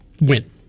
Win